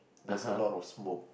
there's a lot of smoke